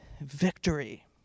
victory